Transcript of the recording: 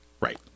Right